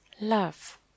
love